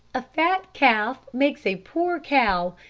a fat calf makes a poor cow,